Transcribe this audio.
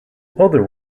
other